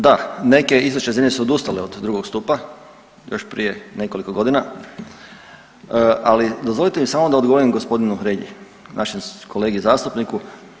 Da, neke istočne zemlje su odustale od drugog stupa još prije nekoliko godina, ali dozvolite mi samo da odgovorim gospodinu Hrelji, našem kolegi zastupniku.